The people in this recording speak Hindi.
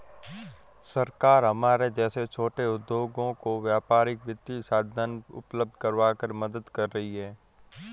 सरकार हमारे जैसे छोटे उद्योगों को व्यापारिक वित्तीय साधन उपल्ब्ध करवाकर मदद कर रही है